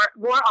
more